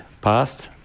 past